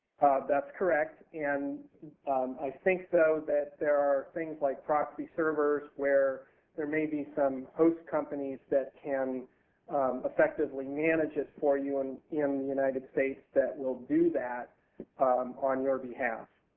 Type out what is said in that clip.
thatis correct. and i think, though, that there are things like proxy servers where there may be some host companies that can effectively manage it for you and in the united states that will do that ah um on your behalf.